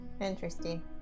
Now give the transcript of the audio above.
Interesting